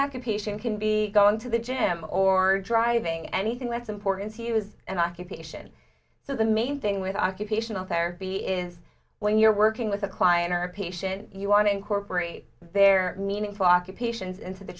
occupation can be going to the gym or driving anything that's important to you is an occupation so the main thing with occupational therapy is when you're working with a client or a patient you want to incorporate their meaningful occupations into the